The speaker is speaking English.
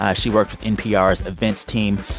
ah she worked with npr's events team.